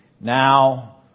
now